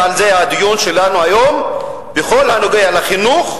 ועל זה הדיון שלנו היום, בכל הנוגע לחינוך,